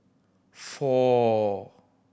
four